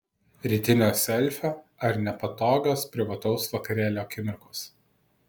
rytinio selfio ar nepatogios privataus vakarėlio akimirkos